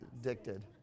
addicted